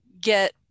get